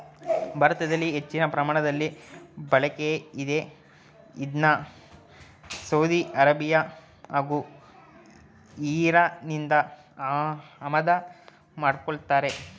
ಭಾರತದಲ್ಲಿ ಹೆಚ್ಚಿನ ಪ್ರಮಾಣದಲ್ಲಿ ಬಳಕೆಯಿದೆ ಇದ್ನ ಸೌದಿ ಅರೇಬಿಯಾ ಹಾಗೂ ಇರಾನ್ನಿಂದ ಆಮದು ಮಾಡ್ಕೋತಾರೆ